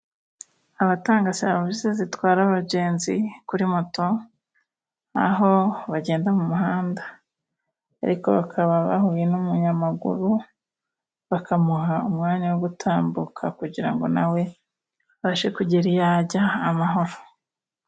Abatanga serivisi zitwara abagenzi kuri moto aho bagenda mu muhanda. Ariko bakaba bahuye n'umunyamaguru bakamuha umwanya wo gutambuka, kugira ngo nawe abashe kugera iyo ahajya amahoro.